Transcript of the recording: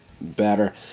better